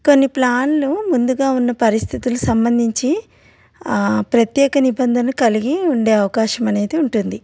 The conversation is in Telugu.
కొన్ని ప్లాన్లు ముందుగా ఉన్న పరిస్థితులు సంబంధించి ప్రత్యేక నిబంధనను కలిగి ఉండే అవకాశం అనేది ఉంటుంది